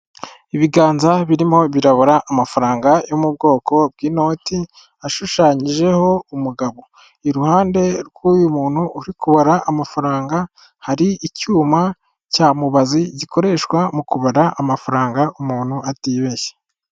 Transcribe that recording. Ibiganza birimo birabura amafaranga yo mu bwoko bw'inoti ashushanyijeho umugabo, iruhande rw'uyu muntu uri kubara amafaranga hari icyuma cya mubazi gikoreshwa mu kubara amafaranga umuntu atibeshya.